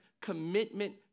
commitment